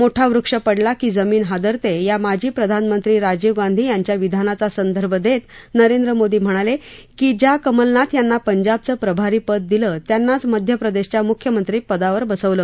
मोठा वृक्ष पडला की जमीन हादरते या माजी प्रधानमंत्री राजीव गांधी यांच्या विधानाचा संदर्भ देत नरेंद्र मोदी म्हणाले की ज्या कमलनाथ यांना पंजाबचं प्रभारी पद दिलं त्यांनाच मध्य प्रदेशच्या मुख्यमंत्री पदावर बसवलं